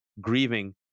grieving